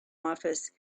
office